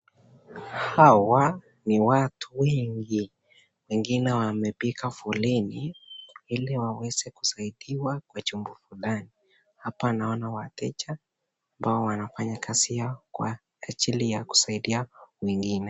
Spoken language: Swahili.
Hawa ni watu wengi, wengine wamepiga foleni ili waweze kusaidiwa kwa jambo fulani. Hapa naona wateja ambao wanafanya kazi kwa ajili ya kusaidia wengine.